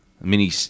mini